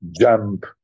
jump